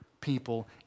people